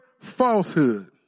falsehood